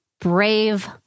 brave